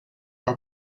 are